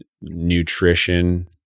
nutrition